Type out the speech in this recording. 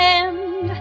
end